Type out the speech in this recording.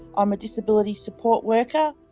um a disability support worker.